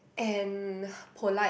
and polite